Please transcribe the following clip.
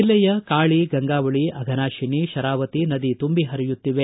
ಜಿಲ್ಲೆಯ ಕಾಳಿ ಗಂಗಾವಳಿ ಅಘನಾಶಿನಿ ಶರಾವತಿ ನದಿ ತುಂಬಿ ಪರಿಯುತ್ತಿದೆ